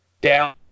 down